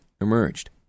emerged